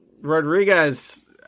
Rodriguez